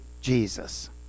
Jesus